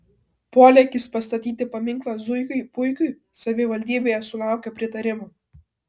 polėkis pastatyti paminklą zuikiui puikiui savivaldybėje sulaukė pritarimo